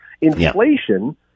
Inflation